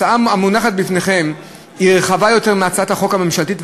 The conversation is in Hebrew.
ההצעה המונחת בפניכם היא רחבה יותר מהצעת החוק הממשלתית וכוללת,